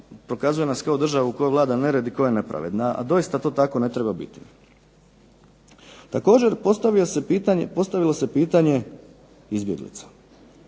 prokazuje nas kao državu u kojoj vlada nered i koja je nepravedna, a doista to tako ne treba biti. Također postavilo se pitanje izbjeglica.